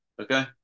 Okay